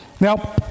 Now